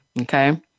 Okay